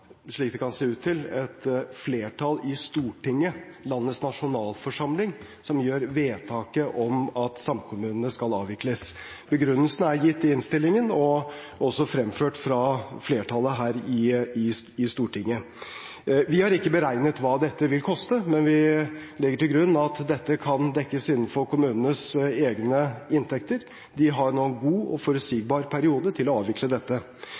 slik det kan se ut til, et flertall i Stortinget, landets nasjonalforsamling, som gjør vedtaket om at samkommunene skal avvikles. Begrunnelsen er gitt i innstillingen og også fremført fra flertallet her i Stortinget. Vi har ikke beregnet hva dette vil koste, men vi legger til grunn at dette kan dekkes innenfor kommunenes egne inntekter. De har nå en god og forutsigbar periode til å avvikle dette.